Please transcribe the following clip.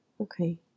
Okay